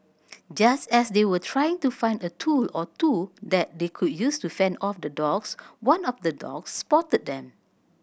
just as they were trying to find a tool or two that they could use to fend off the dogs one of the dogs spotted them